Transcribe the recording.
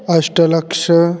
अष्टलक्षम्